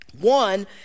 One